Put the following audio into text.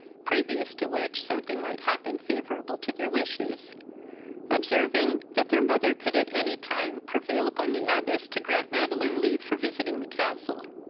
previous to which something might happen favourable to their wishes observing, that their mother could at any time prevail upon the abbess to grant madeline leave for visiting the castle.